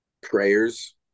Prayers